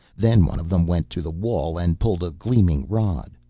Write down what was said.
then one of them went to the wall and pulled a gleaming rod.